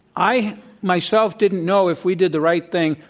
i myself didn't know if we did the right thing,